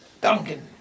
Duncan